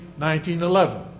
1911